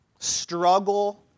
Struggle